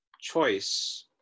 choice